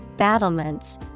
battlements